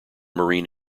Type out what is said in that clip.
marine